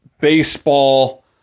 baseball